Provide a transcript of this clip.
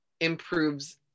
improves